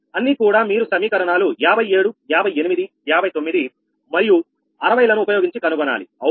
అన్నీ కూడా మీరు సమీకరణాలు 57 58 59 మరియు 60 లను ఉపయోగించి కనుగొనాలి అవునా